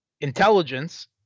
intelligence